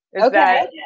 Okay